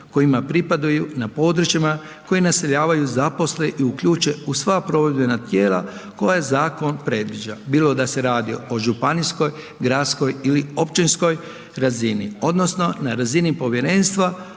kojima pripadaju na područjima koja naseljavaju zaposle i uključe u sva provedbena tijela koja zakon predviđa, bilo da se radi o županijskoj, gradskoj ili općinskoj razini odnosno na razini povjerenstva